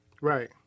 Right